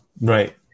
Right